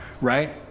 right